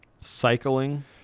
Cycling